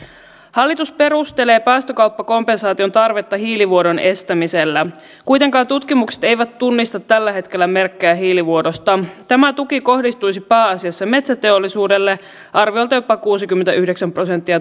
hallitus perustelee päästökauppakompensaation tarvetta hiilivuodon estämisellä kuitenkaan tutkimukset eivät tunnista tällä hetkellä merkkejä hiilivuodosta tämä tuki kohdistuisi pääasiassa metsäteollisuudelle arviolta jopa kuusikymmentäyhdeksän prosenttia